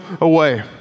away